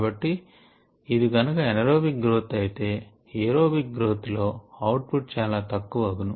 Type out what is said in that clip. కాబట్టి ఇది కనుక ఎనరోబిక్ గ్రోత్ అయితే ఏరోబిక్ గ్రోత్ లో అవుట్ పుట్ చాలా తక్కువ అగును